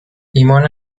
ایمان